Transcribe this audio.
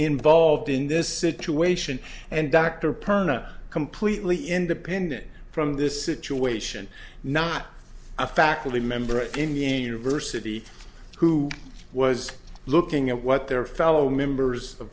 involved in this situation and dr perna completely independent from this situation not a faculty member of him being university who was looking at what their fellow members of